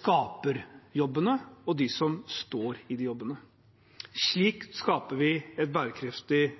skaper jobbene, og dem som står i jobbene. Slik skaper vi et